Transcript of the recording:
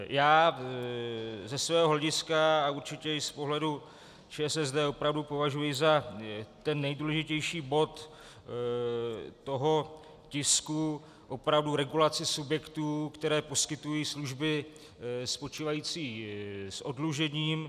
Já ze svého hlediska a určitě i z pohledu ČSSD opravdu považuji za nejdůležitější bod toho tisku opravdu regulaci subjektů, které poskytují služby spočívající s oddlužením.